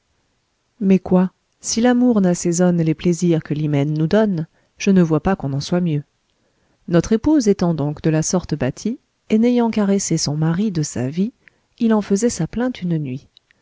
mais quoi si l'amour n'assaisonne les plaisirs que l'hymen nous donne je ne vois pas qu'on en soit mieux notre épouse étant donc de la sorte bâtie et n'ayant caressé son mari de sa vie il en faisait sa plainte une nuit